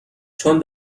چون